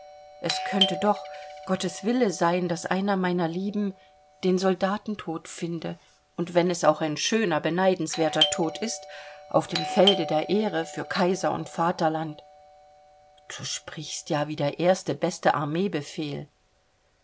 es könnte doch gottes wille sein daß einer meiner lieben den soldatentod finde und wenn es auch ein schöner beneidenswerter tod ist auf dem felde der ehre für kaiser und vaterland du sprichst ja wie der erste beste